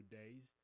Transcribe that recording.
days